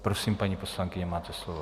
Prosím, paní poslankyně, máte slovo.